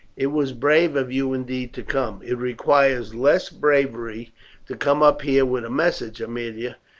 it was brave of you indeed to come. it requires less bravery to come up here with a message aemilia,